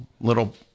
little